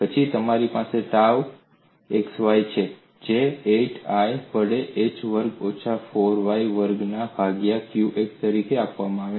પછી તમારી પાસે ટાઉ xy છે જે 8I વડે h વર્ગ ઓછા 4y વર્ગમાં ભાગ્યા qx તરીકે આપવામાં આવે છે